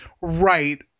right